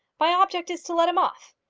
my object is to let him off.